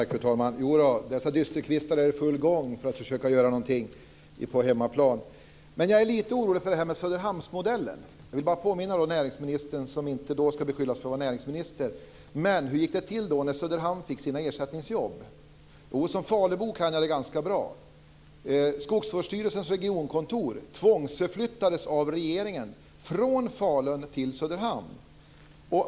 Fru talman! Dessa dysterkvistar är i full gång med att göra någonting på hemmaplan. Jag är lite orolig för Söderhamnsmodellen. Låt mig påminna näringsministern - som inte ska skyllas för att då ha varit näringsminister - om hur det gick till när Söderhamn fick sina ersättningsjobb. Som falubo känner jag till detta väl. Skogsvårdsstyrelsens regionkontor tvångsförflyttades av regeringen från Falun till Söderhamn.